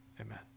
Amen